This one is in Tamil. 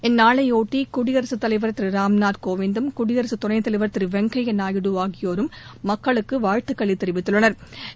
இந்நாளையொட்டி குடியரகத்தலைவா் திரு ராம்நாத் கோவிந்தும் குடியரசுத் துணைத்தலைவா் திரு வெங்கையா நாயுடு ஆகியோர் மக்களுக்கு வாழ்த்து தெரிவித்துள்ளனா்